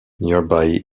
nearby